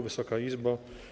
Wysoka Izbo!